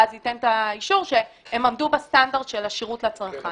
ואז ייתן את האישור שהם עמדו בסטנדרט של השרות לצרכן.